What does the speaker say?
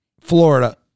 Florida